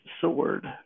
sword